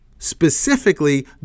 specifically